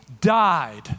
died